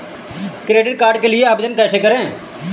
Credit card के लिए आवेदन कैसे करें?